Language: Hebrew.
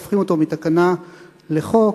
הופכים אותו מתקנה לחוק.